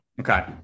Okay